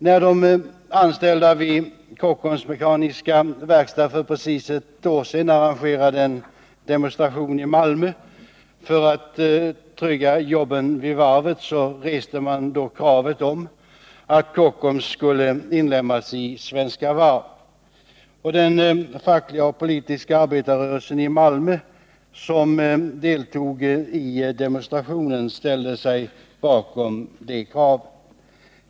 När de anställda vid Kockums Mekaniska Verkstad för precis ett år sedan arrangerade en demonstration i Malmö för att trygga jobben vid varvet reste de kravet på att Kockums skulle inlemmas i Svenska Varv. Den fackliga och den politiska arbetarrörelsen i Malmö, som deltog i demonstrationen, ställde sig bakom det kravet.